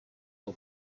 его